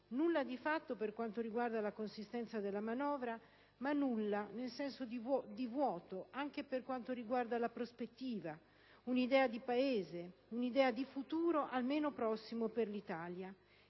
Nulla di fatto per quanto riguarda la consistenza della manovra, ma nulla nel senso di vuoto anche per quanto riguarda la prospettiva: un'idea di Paese, un'idea di futuro almeno prossimo per l'Italia.